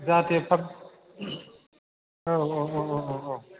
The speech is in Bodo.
जाहाथे थाब औ औ औ औ औ